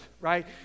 right